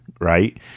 right